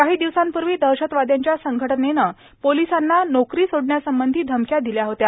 काही दिवसांपूर्वी दहशतवाद्यांच्या संघटनेनं पोलिसांना नोकरी सोडण्यासंबंधी धमक्या दिल्या होत्या